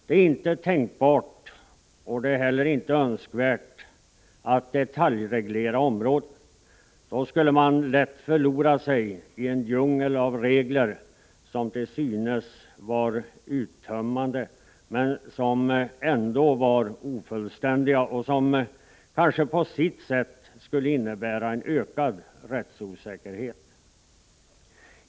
Det är inte tänkbart och det är heller inte Önskvärt att detaljreglera området. Då skulle man lätt förlora sig i en djungel av regler, som till synes var uttömmande men som ändå var ofullständiga och som kanske på sitt sätt skulle innebära en ökad rättsosäkerhet.